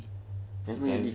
then where you live